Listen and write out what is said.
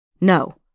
No